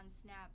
Snap